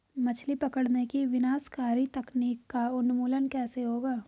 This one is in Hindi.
मछली पकड़ने की विनाशकारी तकनीक का उन्मूलन कैसे होगा?